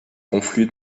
conflue